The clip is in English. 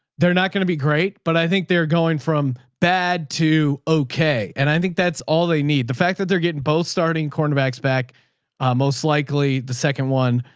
they're not going to be great, but i think they're going from bad to okay. and i think that's all they need. the fact that they're getting both starting cornerbacks back most likely the second one,